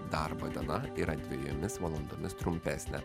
darbo diena yra dvejomis valandomis trumpesnė